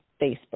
facebook